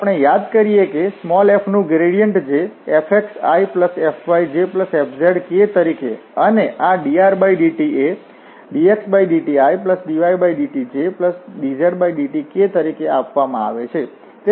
આપણે યાદ કરીએ કે f નું ગ્રેડિયન્ટ જે fxifyjfzk તરીકે અને આ drdt એ dxdtidydtjdzdtk તરીકે આપવામાં આવે છે